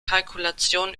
kalkulation